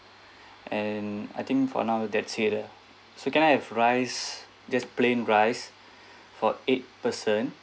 and I think for now that's it ah so can I have rice just plain rice for eight person